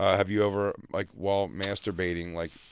ah have you ever, like, while masturbating, like,